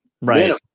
right